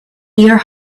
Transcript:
your